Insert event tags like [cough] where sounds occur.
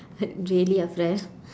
[laughs] really afar